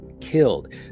killed